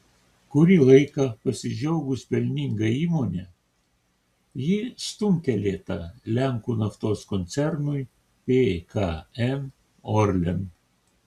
kurį laiką pasidžiaugus pelninga įmone ji stumtelėta lenkų naftos koncernui pkn orlen